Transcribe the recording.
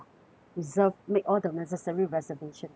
reserve make all the necessary reservation